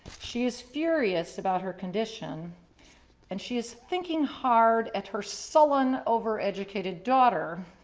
she's furious about her condition and she is thinking hard at her sullen, over educated daughter,